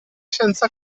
senza